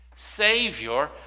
Savior